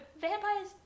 vampires